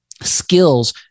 skills